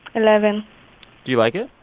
eleventh do you like it?